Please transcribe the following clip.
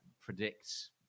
predicts